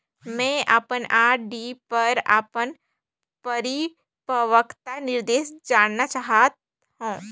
मैं अपन आर.डी पर अपन परिपक्वता निर्देश जानना चाहत हों